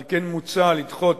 על כן מוצע לדחות